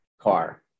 car